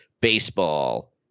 baseball